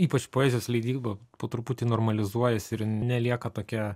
ypač poezijos leidyba po truputį normalizuojasi ir nelieka tokia